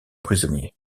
prisonnier